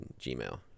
Gmail